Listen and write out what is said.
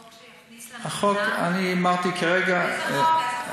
חוק שיכניס למדינה, איזה חוק, איזה חוק?